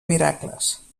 miracles